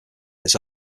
this